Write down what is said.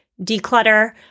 declutter